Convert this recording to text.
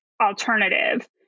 alternative